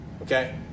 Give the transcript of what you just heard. okay